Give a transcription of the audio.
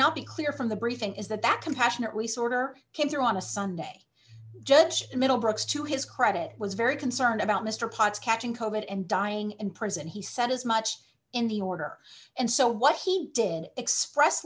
not be clear from the briefing is that that compassionate resort or cancer on a sunday judge middlebrooks to his credit was very concerned about mr potts catching cold and dying in prison he said as much in the order and so what he did express